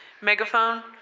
Megaphone